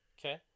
Okay